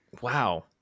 wow